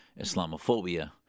Islamophobia